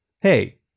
Hey